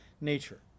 nature